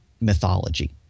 mythology